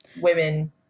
women-